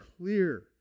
clear